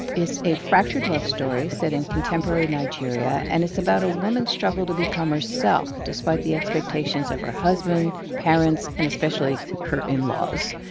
it's a fractured love story set in contemporary nigeria, and it's about a woman's struggle to become herself, despite the expectations of her husband, parents and especially her in-laws.